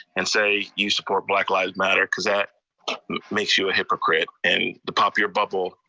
and say you support black lives matter, cause that makes you a hypocrite. and to pop your bubble,